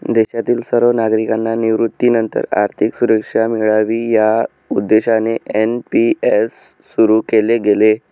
देशातील सर्व नागरिकांना निवृत्तीनंतर आर्थिक सुरक्षा मिळावी या उद्देशाने एन.पी.एस सुरु केले गेले